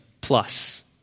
plus